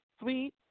sweet